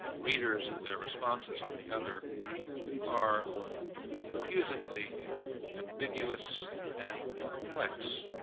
readers and their responses on the other are confusingly ambiguous and complex